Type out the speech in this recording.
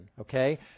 okay